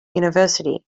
university